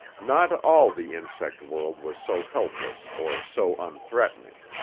not all the insect world was so helpless or so unthreatening.